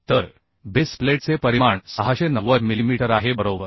तर बेस प्लेटचे परिमाण 690 मिलीमीटर आहे बरोबर